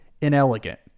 inelegant